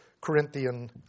Corinthian